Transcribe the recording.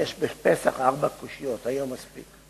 יש בפסח ארבע קושיות, היום מספיק.